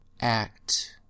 act